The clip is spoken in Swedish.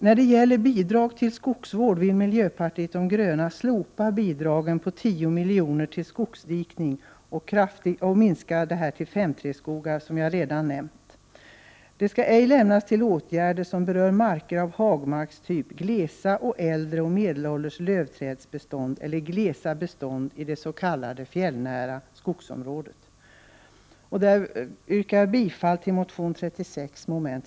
När det gäller bidrag till skogsvård vill miljöpartiet de gröna slopa bidragen om 10 miljoner till skogsdikning och kraftigt minska bidragen till s.k. 5:3-skogar, dvs. de skall ”ej lämnas till åtgärder som berör marker av hagmarkstyp, glesa och äldre och medelålders lövträdsbestånd eller glesa bestånd i det s.k. fjällnära skogsområdet.” Jag yrkar bifall till reservation 36.